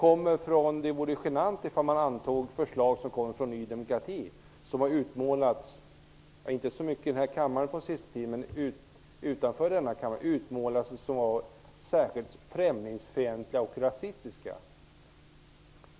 Det vore kanske genant att anta förslag som kommer från Ny demokrati, som -- om också inte så mycket på senare tid i denna kammare, men utanför den -- har utmålats som särskilt främlingsfientligt och rasistiskt.